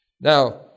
Now